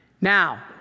Now